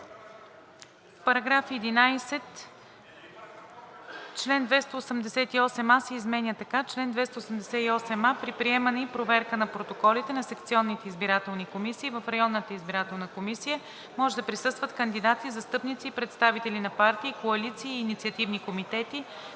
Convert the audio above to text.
избирателна комисия „Чл. 446а. При приемане и проверка на протоколите на секционните избирателни комисии в общинската избирателна комисия може да присъстват кандидати, застъпници и представители на партии, коалиции и инициативни комитети